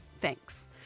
Thanks